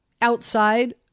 outside